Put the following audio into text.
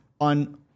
on